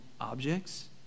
objects